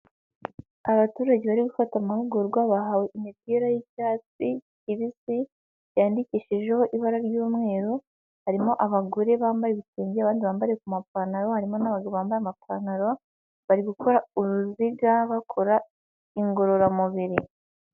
Abaturage bari gufata amahugurwa, bahawe imipira y'icyatsi kibisi, yandikishijeho ibara ry'umweru, harimo abagore bambaye ibitenge, abandi bambariye ku mapantaro, harimo n'abagabo bambaye amapantaro, bari gukora uruziga bakora ingororamubiri.